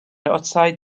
outside